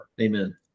Amen